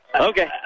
Okay